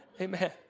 amen